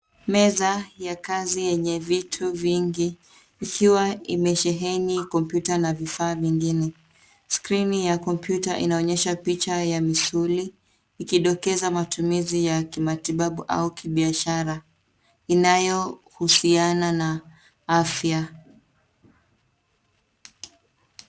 Meza ya kazi yenye vitu vingi ikiwa imesheheni kompyuta na vifaa vingine. Skrini ya kompyuta inaonyesha picha ya misuli ikidokeza matumizi ya kimatibabu au kibiashara inayo husiana na afya.